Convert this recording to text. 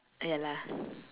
ya lah